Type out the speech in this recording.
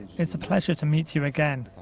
it's a pleasure to meet you again.